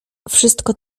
wszystko